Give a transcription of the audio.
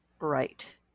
Right